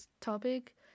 topic